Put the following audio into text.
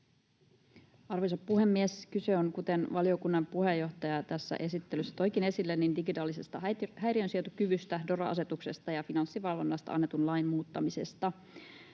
Arvoisa puhemies! Kyse on, kuten valiokunnan puheenjohtaja tässä esittelyssä toikin esille, digitaalisesta häiriönsietokyvystä, DORA-asetuksesta ja Finanssivalvonnasta annetun lain muuttamisesta.